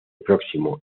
próximo